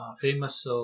famous